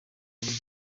inzoga